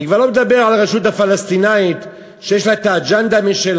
אני כבר לא מדבר על הרשות הפלסטינית שיש לה אגָ'נדה משלה.